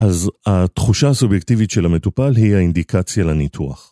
אז התחושה הסובייקטיבית של המטופל היא האינדיקציה לניתוח.